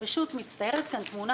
מצטיירת כאן תמונה